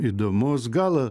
įdomus gal